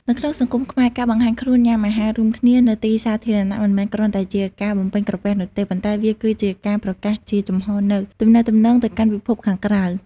នៅក្នុងសង្គមខ្មែរ ការបង្ហាញខ្លួនញ៉ាំអាហាររួមគ្នានៅទីសាធារណៈ មិនមែនគ្រាន់តែជាការបំពេញក្រពះនោះទេ ប៉ុន្តែវាគឺជាការប្រកាសជាចំហនូវ «ទំនាក់ទំនង» ទៅកាន់ពិភពខាងក្រៅ។